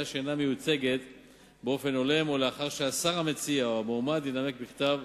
שאינה מיוצגת באופן הולם או לאחר שהשר המציע או המועמד ינמק בכתב,